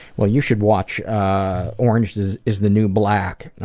well you should watch orange is is the new black.